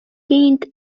gained